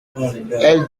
elles